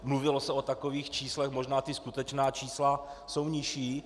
Mluvilo se o takových číslech, možná skutečná čísla jsou nižší.